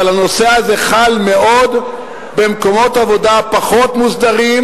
אבל הוא חל מאוד במקומות עבודה פחות מוסדרים,